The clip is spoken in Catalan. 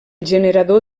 generador